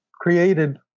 created